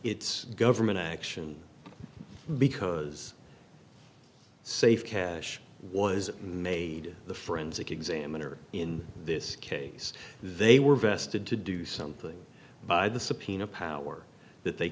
it's government action because safe cash was made the friends examiner in this case they were vested to do something by the subpoena power that they